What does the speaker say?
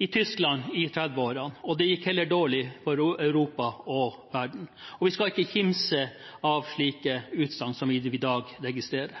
i Tyskland i 1930-årene, og det gikk heller dårlig for Europa og verden, og vi skal ikke kimse av slike utsagn som de vi i dag